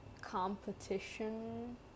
competition